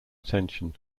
attention